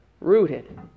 rooted